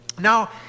Now